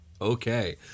Okay